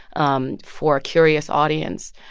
um for a curious audience,